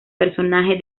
personaje